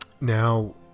Now